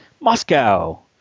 Moscow